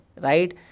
right